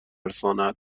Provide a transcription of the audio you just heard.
میترساند